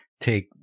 take